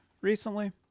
recently